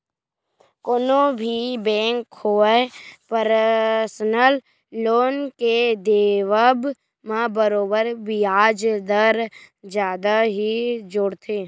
कोनो भी बेंक होवय परसनल लोन के देवब म बरोबर बियाज दर जादा ही जोड़थे